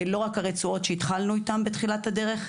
לא רק הרצועות שהתחלנו איתם בתחילת הדרך,